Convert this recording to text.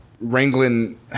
Wrangling